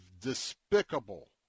despicable